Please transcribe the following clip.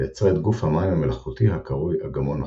ויצרה את גוף המים המלאכותי הקרוי אגמון חולה.